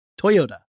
Toyota